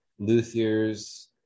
luthiers